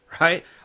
right